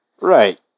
Right